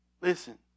Listen